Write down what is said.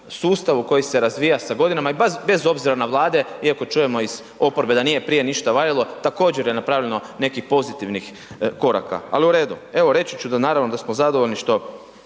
koji se razvija sa godinama i baš bez obzira na Vlade iako čujemo iz oporbe da nije prije ništa valjalo, također je napravljeno nekih pozitivnih koraka, al u redu. Evo reći ću da naravno da smo zadovoljno što